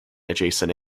adjacent